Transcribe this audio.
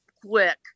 quick